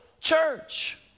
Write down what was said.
church